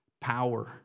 power